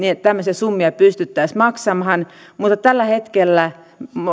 tämmöisiä summia pystyttäisiin maksamaan mutta tällä hetkellä